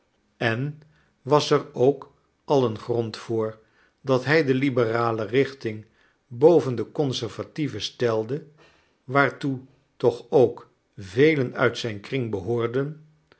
en was er ook al een grond voor dat hij de liberale richting boven de conservatieve stelde waartoe toch ook velen uit zijn kring behoorden